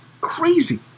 Crazy